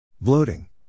Bloating